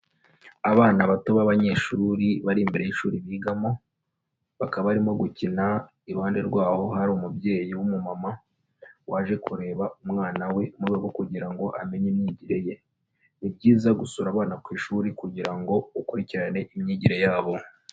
Abana bato b'abanyeshuri bari imbere y'ishuri bigamo, bakaba barimo gukina iruhande rwaho hari umubyeyi w'umumama waje kureba umwana we mu rwego kugira ngo amenye imyigire ye, ni byiza gusura abana ku ishuri kugira ngo ukurikirane imyigire yabo.